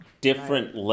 different